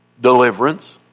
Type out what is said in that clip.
Deliverance